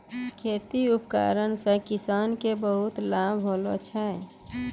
खेत उपकरण से किसान के बहुत लाभ होलो छै